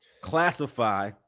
classify